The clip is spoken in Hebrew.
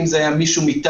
אם זה היה מישהו מטעם,